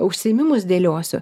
užsiėmimus dėliosiu